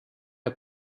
der